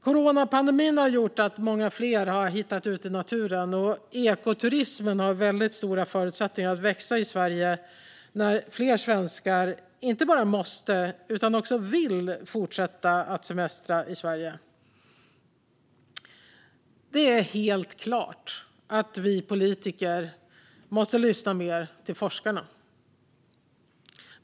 Coronapandemin har gjort att många fler har hittat ut i naturen. Ekoturismen har stora förutsättningar att växa i Sverige när fler svenskar inte bara måste utan också vill fortsätta att semestra i Sverige. Det är helt klart att vi politiker måste lyssna mer på forskarna.